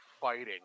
fighting